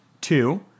Two